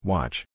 Watch